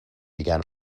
began